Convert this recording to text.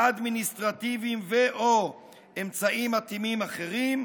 האדמיניסטרטיביים ו/או אמצעים מתאימים אחרים,